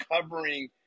covering